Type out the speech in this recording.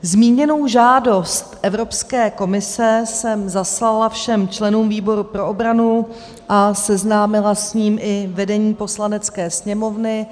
Zmíněnou žádost Evropské komise jsem zaslala všem členům výboru pro obranu a seznámila s ní i vedení Poslanecké sněmovny.